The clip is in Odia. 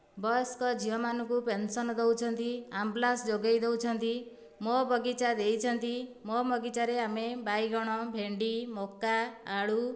ବୟସ୍କ ଝିଅ ମାନଙ୍କୁ ପେନ୍ସନ ଦେଉଛନ୍ତି ଆମ୍ବୁଲାନ୍ସ ଯୋଗାଇ ଦେଉଛନ୍ତି ମୋ ବଗିଚା ଦେଇଛନ୍ତି ମୋ ବଗିଚାରେ ଆମେ ବାଇଗଣ ଭେଣ୍ଡି ମକା ଆଳୁ